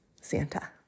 Santa